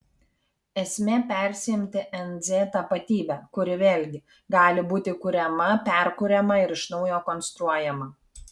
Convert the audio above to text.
esmė persiimti nz tapatybe kuri vėlgi gali būti kuriama perkuriama ir iš naujo konstruojama